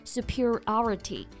Superiority